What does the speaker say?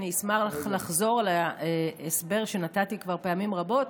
אני אשמח לחזור על ההסבר שנתתי כבר פעמים רבות,